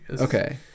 Okay